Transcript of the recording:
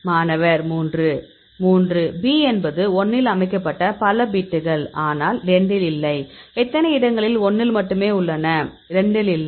மாணவர்3 3 B என்பது 1 இல் அமைக்கப்பட்ட பல பிட்கள் ஆனால் 2 இல் இல்லை எத்தனை இடங்களில் 1 இல் மட்டுமே உள்ளன 2 இல் இல்லை